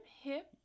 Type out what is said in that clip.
hip